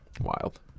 Wild